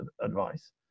advice